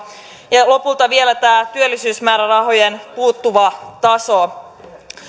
ja lopulta on vielä tämä työllisyysmäärärahojen puuttuva taso